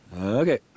Okay